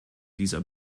dieser